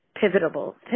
pivotal